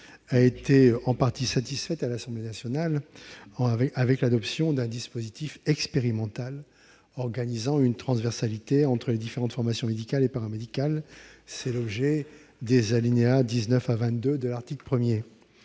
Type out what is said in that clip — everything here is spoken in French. a été en partie satisfaite à l'Assemblée nationale par l'adoption d'un dispositif expérimental organisant une transversalité entre les différentes formations médicales et paramédicales : c'est l'objet des alinéas 19 à 22 de l'article 1.